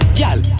gal